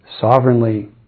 sovereignly